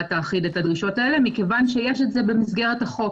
האחיד את הדרישות האלה מכיוון שיש את זה במסגרת החוק.